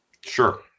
Sure